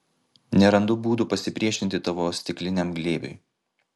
nerandu būdų pasipriešinti tavo stikliniam glėbiui